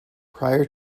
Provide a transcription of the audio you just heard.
prior